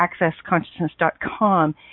accessconsciousness.com